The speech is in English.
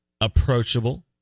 approachable